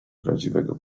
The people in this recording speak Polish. prawdziwego